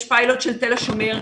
יש פיילוט של תל השומר,